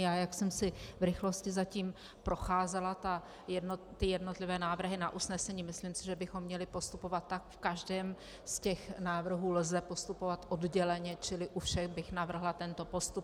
Já, jak jsem si v rychlosti zatím procházela jednotlivé návrhy na usnesení, myslím, že bychom měli postupovat tak, že v každém z těch návrhů lze postupovat odděleně, čili u všech bych navrhla tento postup.